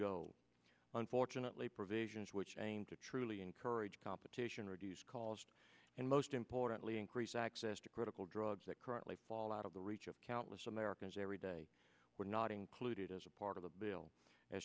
go unfortunately provisions which aim to truly encourage competition reduce cost and most importantly increase access to critical drugs that currently fall out of the reach of countless americans every day were not included as a part of the bill a